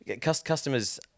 Customers